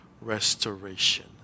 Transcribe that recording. restoration